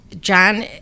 John